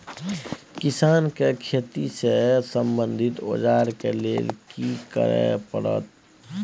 किसान के खेती से संबंधित औजार के लेल की करय परत?